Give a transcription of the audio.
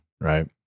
right